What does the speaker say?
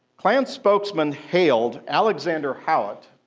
klan spokesmen hailed alexander howat